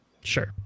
sure